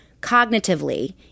cognitively